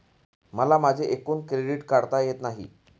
मला माझे एकूण क्रेडिट काढता येत नाही